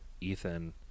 Ethan